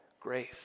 grace